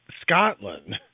Scotland